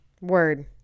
Word